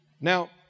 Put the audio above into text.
Now